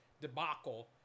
debacle